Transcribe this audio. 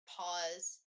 pause